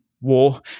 War